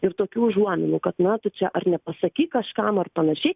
ir tokių užuominų kad na tu čia ar nepasakyk kažkam ar panašiai